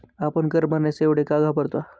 आपण कर भरण्यास एवढे का घाबरता?